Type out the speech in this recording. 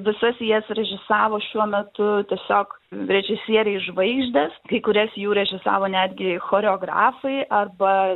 visas jas režisavo šiuo metu tiesiog režisieriai žvaigždės kai kurias jų režisavo netgi choreografai arba